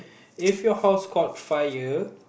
if your house caught fire